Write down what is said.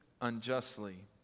unjustly